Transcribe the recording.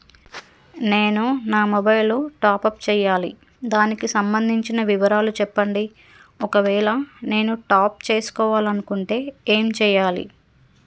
నేను నా mobile top up చేయాలి దానికి సంబంధించిన వివరాలు చెప్పండి ఒకవేళ నేను టాప్ చేసుకోవాలనుకుంటే ఏం చేయాలి?